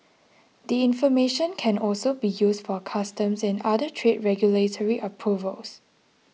the information can also be used for customs and other trade regulatory approvals